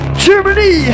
Germany